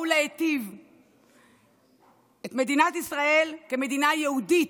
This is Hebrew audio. באו להיטיב את מדינת ישראל כמדינה יהודית,